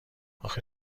آخه